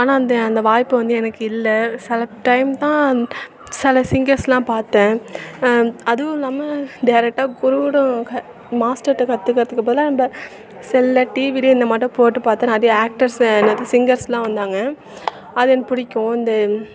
ஆனால் அந்த அந்த வாய்ப்பு வந்து எனக்கு இல்லை சில டைம் தான் சில சிங்கர்ஸ் எல்லாம் பார்த்தேன் அதுவும் இல்லாமல் டைரக்ட்டாக குருவிடம் க மாஸ்டர்கிட்ட கற்றுக்கறதுக்கு பதிலாக இந்த செல்ல டிவிலியும் இந்த மாட்ட போட்டு பார்த்து நிறைய ஆக்டர்ஸ் என்னது சிங்கர்ஸ் எல்லாம் வந்தாங்க அது எனக்கு பிடிக்கும் இந்த